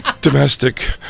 Domestic